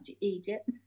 Egypt